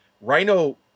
Rhino